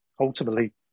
ultimately